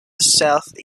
south